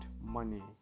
money